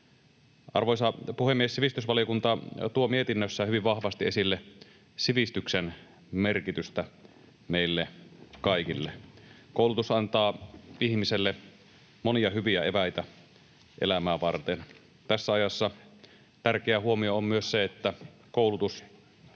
Arvoisa puhemies! Sivistysvaliokunta tuo mietinnössään hyvin vahvasti esille sivistyksen merkitystä meille kaikille. Koulutus antaa ihmiselle monia hyviä eväitä elämää varten. Tässä ajassa tärkeä huomio on myös se, että koulutus